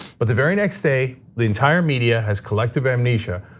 but the very next day, the entire media has collective amnesia.